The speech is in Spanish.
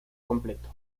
completo